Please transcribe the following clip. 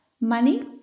money